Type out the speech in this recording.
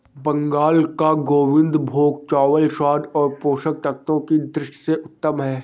बंगाल का गोविंदभोग चावल स्वाद और पोषक तत्वों की दृष्टि से उत्तम है